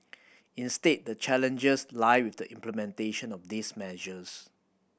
instead the challenges lie with the implementation of these measures